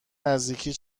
نزدیکی